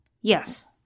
Yes